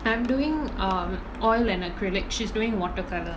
I'm doing err oil and acrylic she's doing watercolor